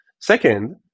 Second